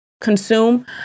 consume